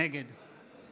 נגד